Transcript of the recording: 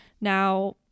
now